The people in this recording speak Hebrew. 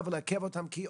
היום ג' באדר ב'